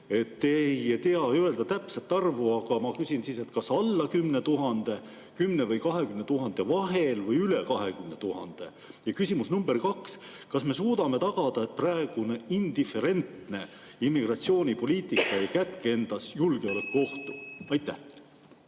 te ei tea öelda täpset arvu, aga ma küsin siis, et kas alla 10 000, 10 000 ja 20 000 vahel või üle 20 000. Küsimus nr 2: kas me suudame tagada, et praegune indiferentne immigratsioonipoliitika ei kätke endas julgeolekuohtu? Aitäh,